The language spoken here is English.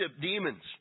Demons